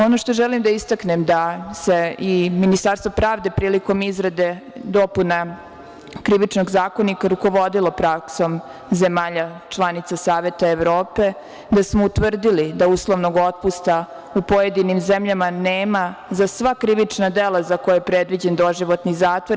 Ono što želim da istaknem je da se i Ministarstvo pravde prilikom izrade dopuna Krivičnog zakonika rukovodilo praksom zemalja članica Saveta Evrope, da smo utvrdili da uslovnog otpusta u pojedinim zemljama nema za sva krivična dela za koje je predviđen doživotni zatvor.